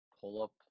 pull-up